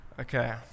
Okay